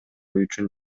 үчүн